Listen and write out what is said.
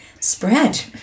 spread